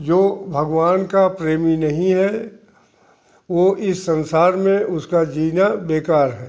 जो भगवान का प्रेमी नहीं है वो इस संसार में उसका जीना बेकार है